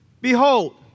Behold